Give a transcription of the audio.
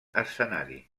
escenari